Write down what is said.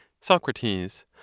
Socrates